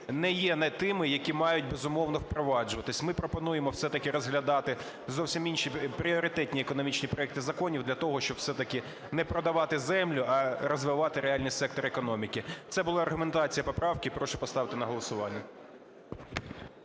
не є тими, які мають, безумовно, впроваджуватись. Ми пропонуємо все-таки розглядати зовсім інші пріоритетні економічні проекти законів для того, щоб все-таки не продавати землю, а розвивати реальний сектор економіки. Це була аргументація поправки. Прошу поставити на голосування.